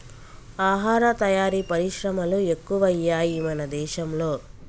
ఆహార తయారీ పరిశ్రమలు ఎక్కువయ్యాయి మన దేశం లో